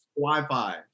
Wi-Fi